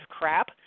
crap